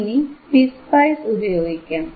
ഇനി പിസ്പൈസ് ഉപയോഗിക്കാം